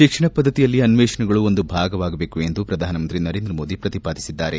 ಶಿಕ್ಷಣ ಪದ್ದತಿಯಲ್ಲಿ ಅನ್ವೇಷಣೆಗಳು ಒಂದು ಭಾಗವಾಗಬೇಕು ಎಂದು ಪ್ರಧಾನಮಂತ್ರಿ ನರೇಂದ್ರ ಮೋದಿ ಪ್ರತಿಪಾದಿಸಿದ್ದಾರೆ